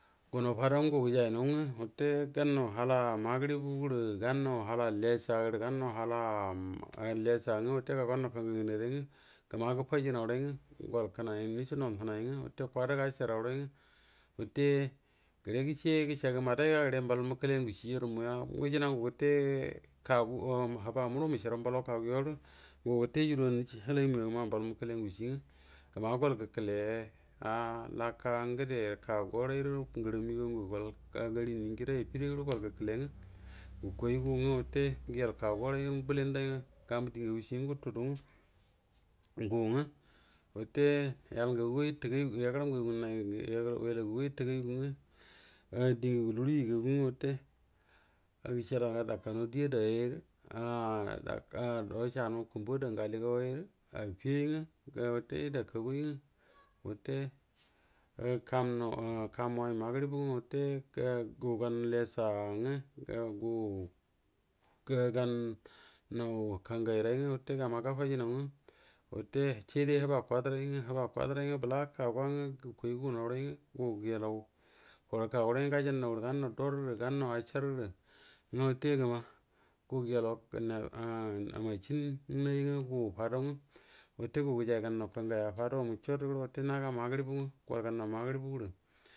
Gunaw fadaw ngwə gu gəjaw ngwə wate gannaw hala magaribu gvra gamu naw hala lessa gərə, gannaw hala lessa ngwə wute gau gannaw kangay nganay gərə, gəma gəfaji naw rya ngwə gol kənay ngwə nduco nyal nəunay kwadu gacəarau ray ngwə, wute gərə gocəa, gəezga greraga madugay ga gəre mbal məna gu gete huba mu guaro məcra mballaw kagu wore, ngu gete juru nah nay mu ya mammbal mrkele ngucien gwa gəma gual gvkvle a laka ngade kaguaaray guəro, meagain ngwə goal gari ningi ray afi ray guəro gol gəkəle ngwe guə kuay gu angwaw ngwə goal gari ningi bəlin day ngwə gamu diengagu ciengwa gətudulu ngwə gu ngwo wute ya’al nagu go yagəram ngagu ngannay wela guga yəlo guə diengagu ngwə gulure yəgaguwate grciadan ga dakaunaw die adayyarə do coandu kumbuə adan nnga ali gau ayrə affiyyara ga wate yəda kau gway ngwə wute kamnaw uhm kam way magari bu ngwə wate gu gan lessa ngwə gu gannaw kangayray ngwə gəma gəfaijnaw ngwə wate saidə hubu kwadu rayiywa huba kwadu ray ngwə wate bəla kagua ngwa sukoau gunaw ray ngwə gajannaw gəre ganna duari grrə gannaw acəngəre ngwə wucin ngwə gu fadaw nngwə wate gu gəjay gannaw kangay a fadau mu cot gəra ngwə wute gu gəjay gannaw kangay a fadu mu cot grr ngwa wute nagu magooribu ngwa